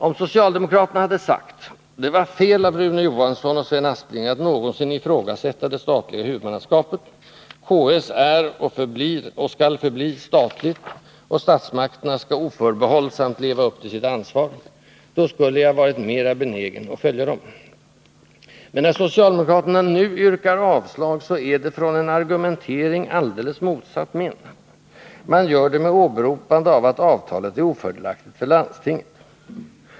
Om socialdemokraterna hade sagt: Det var fel av Rune Johansson och Sven Aspling att någonsin ifrågasätta det statliga huvudmannaskapet; KS är och skall förbli statligt, och statsmakterna skall oförbehållsamt leva upp till sitt ansvar — då skulle jag varit mera benägen att följa dem. Men när socialdemokraterna nu yrkar avslag, så är det med en argumentering alldeles motsatt min: Man gör det med åberopande av att avtalet är ofördelaktigt för landstinget.